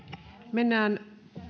mennään